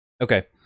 Okay